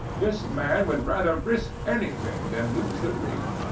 this man would rather risk anything than lose the ring.